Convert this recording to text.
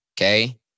okay